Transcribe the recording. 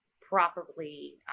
properly